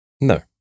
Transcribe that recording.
No